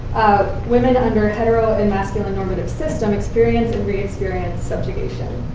women under hetero and masculine normative system experience, and re-experience subjugation.